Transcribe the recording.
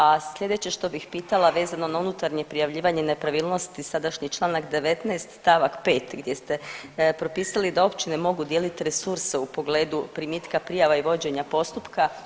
A slijedeće što bih pitala vezano na unutarnje prijavljivanje nepravilnosti sadašnji Članak 19. stavak 5. gdje ste propisali da općine mogu dijeliti resurse u pogledu primitka prijava i vođenja postupka.